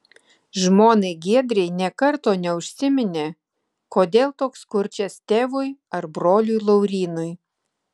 žmonai giedrei nė karto neužsiminė kodėl toks kurčias tėvui ar broliui laurynui